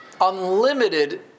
unlimited